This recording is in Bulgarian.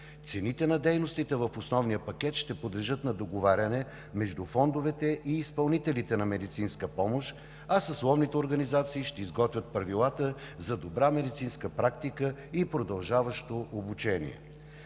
Цените на дейностите в основния пакет ще подлежат на договаряне между фондовете и изпълнителите на медицинска помощ, а съсловните организации ще изготвят правилата за добра медицинска практика и продължаващо обучение.